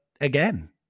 again